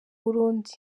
burundi